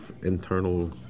internal